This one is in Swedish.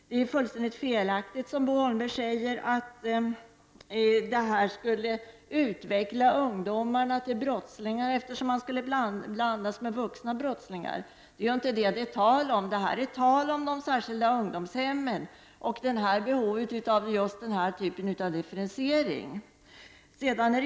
Det är fullständigt felaktigt, som Bo Holmberg säger, att ungdomarna skulle utvecklas till brottslingar, eftersom de skulle blandas med vuxna brottslingar. Det är inte tal om det, utan det är tal om de särskilda ungdomshemmen och behovet av denna typ av differentiering.